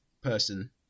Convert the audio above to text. person